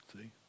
See